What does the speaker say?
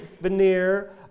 veneer